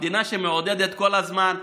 המדינה, שמעודדת כל הזמן,